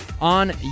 on